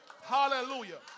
Hallelujah